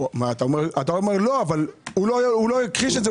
אתה אומר: לא, אבל הוא לא הכחיש את זה.